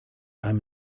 i’m